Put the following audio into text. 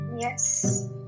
Yes